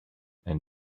and